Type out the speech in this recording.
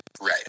Right